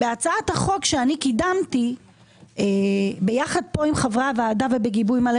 בהצעת החוק שאני קידמתי ביחד פה עם חברי הוועדה ובגיבוי מלא